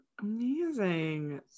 Amazing